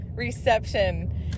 Reception